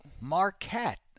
Marquette